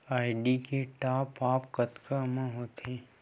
Idea के top आप कतका म होथे?